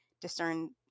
discern